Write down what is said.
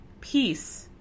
peace